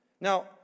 Now